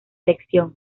erección